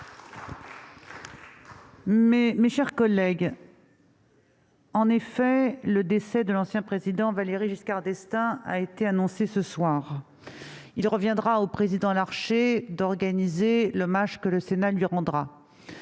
mes chers collègues, le décès de l'ancien Président de la République Valéry Giscard d'Estaing a été annoncé ce soir. Il reviendra au Président Larcher d'organiser l'hommage que le Sénat lui rendra.